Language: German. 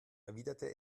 erwiderte